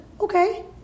Okay